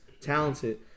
talented